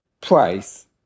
Price